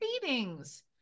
Greetings